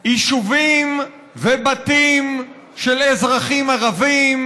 יישובים ובתים של אזרחים ערבים,